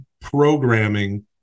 programming